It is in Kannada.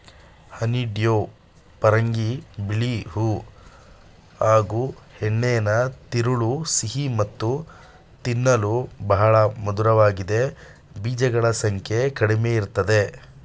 ಹನಿಡ್ಯೂ ಪರಂಗಿ ಬಿಳಿ ಹೂ ಹಾಗೂಹೆಣ್ಣಿನ ತಿರುಳು ಸಿಹಿ ಮತ್ತು ತಿನ್ನಲು ಬಹಳ ಮಧುರವಾಗಿದೆ ಬೀಜಗಳ ಸಂಖ್ಯೆ ಕಡಿಮೆಇರ್ತದೆ